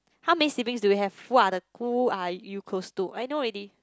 how many siblings do you have who are who you close to I know already